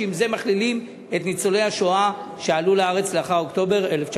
שעם זה מכלילים את ניצולי השואה שעלו לארץ לאחר אוקטובר 1953?